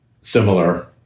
similar